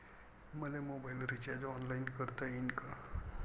मले mobile recharge online करता येईन का?